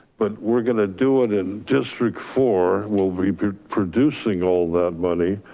but we're gonna do it in district four, we'll be be producing all that money,